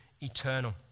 eternal